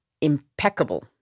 impeccable